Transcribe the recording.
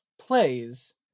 plays